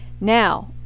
now